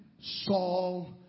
Saul